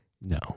No